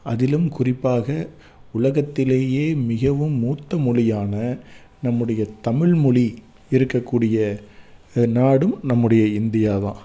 அதிலும் குறிப்பாக உலகத்திலேயே மிகவும் மூத்த மொழியான நம்முடைய தமில்மொழி இருக்கக்கூடிய நாடும் நம்முடைய இந்தியா தான்